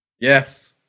Yes